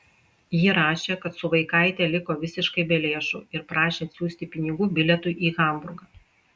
ji rašė kad su vaikaite liko visiškai be lėšų ir prašė atsiųsti pinigų bilietui į hamburgą